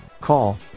Call